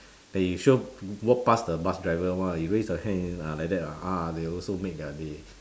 then you sure walk past the bus driver [one] you raise your hand ah like that ah that'll also make their day